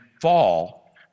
fall